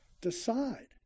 decide